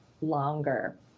longer